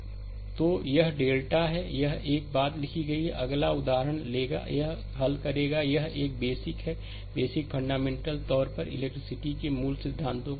slide समय देखें 2242 तो यह डेल्टा है यहाँ एक ही बात लिखी गई है अगला उदाहरण लेगा यह हल करेगा यह एक बेसिक है बेसिक फंडामेंटल तौर पर इलेक्ट्रिसिटी के मूल सिद्धांतों